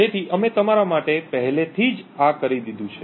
તેથી અમે તમારા માટે પહેલાથી જ આ કરી દીધું છે